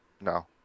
No